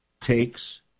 takes